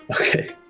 Okay